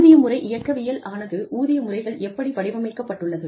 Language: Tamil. ஊதிய முறை இயக்கவியல் ஆனது ஊதிய முறைகள் எப்படி வடிவமைக்கப்பட்டுள்ளது